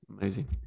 Amazing